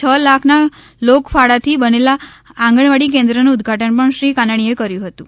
ક લાખના લોકફાળાથી બનેલા આંગણવાડી કેન્દ્રનું ઉદ્વાટન પણ શ્રી કાનાણએ કર્યું હતું